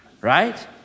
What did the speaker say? right